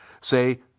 say